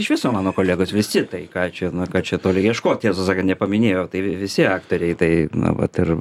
iš viso mano kolegos visi tai ką čia nu ir kad čia toli ieškot tiesą sakant nepaminėjau tai visi aktoriai tai na vat ir